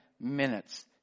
minutes